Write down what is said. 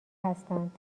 هستند